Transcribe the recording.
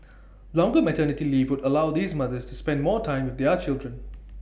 longer maternity leave would allow these mothers to spend more time with their children